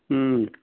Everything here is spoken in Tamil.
ம்